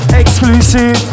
exclusive